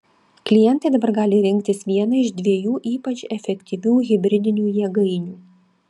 klientai dabar gali rinktis vieną iš dviejų ypač efektyvių hibridinių jėgainių